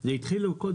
אבל זה התחיל עוד קודם.